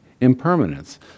impermanence